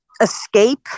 escape